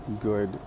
good